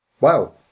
Wow